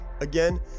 Again